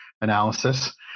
analysis